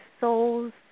soul's